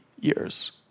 years